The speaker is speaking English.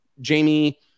Jamie